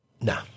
No